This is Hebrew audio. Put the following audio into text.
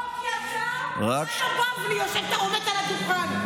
לא, כי אתה חנה בבלי עומדת על הדוכן.